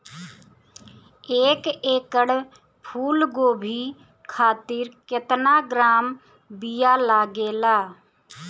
एक एकड़ फूल गोभी खातिर केतना ग्राम बीया लागेला?